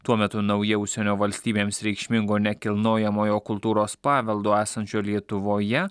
tuo metu nauja užsienio valstybėms reikšmingo nekilnojamojo kultūros paveldo esančio lietuvoje